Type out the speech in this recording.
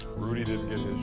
rudy didn't get his